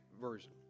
version